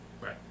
Right